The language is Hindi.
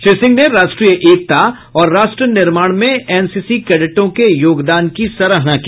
श्री सिंह ने राष्ट्रीय एकता और राष्ट्र निर्माण में एन सी सी कैडेटों के योगदान की सराहना की